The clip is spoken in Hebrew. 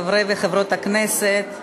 חברי וחברות הכנסת,